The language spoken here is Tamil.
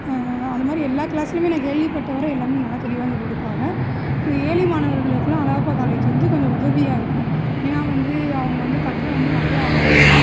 அதுமாதிரி எல்லா கிளாஸ்லேயுமே நான் கேள்விப்பட்ட வரை எல்லாமே நல்லா தெளிவாக சொல்லிக் கொடுப்பாக ஏழை மாணவர்களுக்குலாம் அழகப்பா காலேஜ் வந்து கொஞ்சம் உதவியாக இருக்கும் ஏன்னா வந்து அவங்க வந்து கட்டணம் வந்து மலிவாக வாங்கறதுனால்